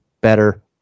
better